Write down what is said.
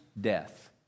death